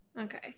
okay